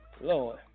Lord